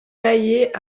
taillés